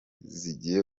zigiye